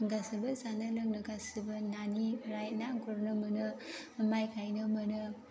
गासिबो जानाय लोंनाय गासिबो नानिफ्राय ना गुरनो मोनो माय गायनो मोनो